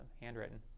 handwritten